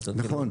נכון.